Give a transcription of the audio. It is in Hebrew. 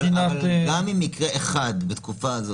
אבל גם אם התברר במקרה אחד בתקופה הזו